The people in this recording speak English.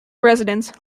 residents